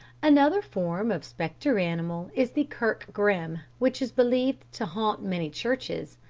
another form of spectre animal is the kirk-grim, which is believed to haunt many churches.